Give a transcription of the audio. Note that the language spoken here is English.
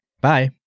Bye